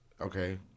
Okay